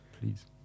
please